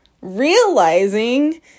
realizing